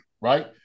right